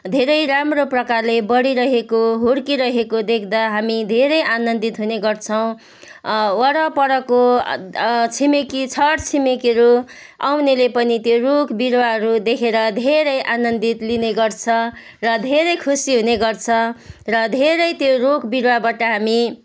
धेरै राम्रो प्रकारले बढिरहेको हुर्किरहेको देख्दा हामी धेरै आनन्दित हुने गर्छौँ वरपरको छिमेकी छर छिमेकीहरू आउनेले पनि त्यो रुख बिरुवाहरू देखेर धेरै आनन्दित लिने गर्छ र धेरै खुसी हुने गर्छ र धेरै त्यो रुख बिरुवाबाट हामी